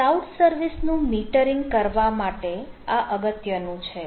cloud service નું metering કરવા માટે આ અગત્યનું છે